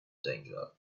danger